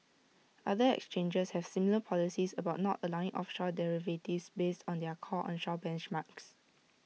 other exchanges have similar policies about not allowing offshore derivatives based on their core onshore benchmarks